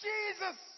Jesus